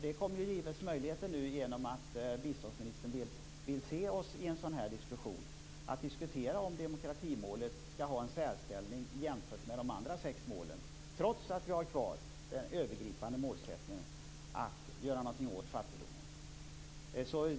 Det kommer att ges möjligheter till det, genom att biståndsministern vill träffa oss för en sådan diskussion. Vi får då diskutera om demokratimålet skall ha en särställning jämfört med de andra sex målen, trots att vi har kvar den övergripande målsättningen att göra någonting åt fattigdomen.